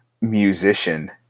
musician